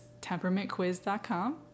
temperamentquiz.com